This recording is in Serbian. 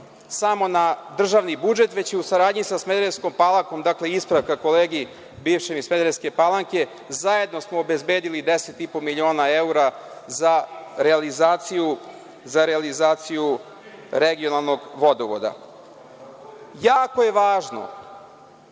samo na državni budžet, već je u saradnji sa Smederevskom Palankom, ispravka kolegi bivšem iz Smederevske Palanke, zajedno smo obezbedili 10,5 miliona evra za realizaciju regionalnog vodovoda. Jako je važno